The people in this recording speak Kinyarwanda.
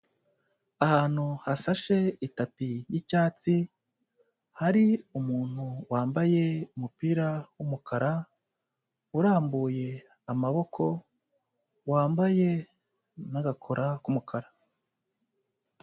Ahantu hasashe itapi y'icyatsi, hari umuntu wambaye umupira w'umukara, urambuye amaboko, wambaye n'agakora k'umukara.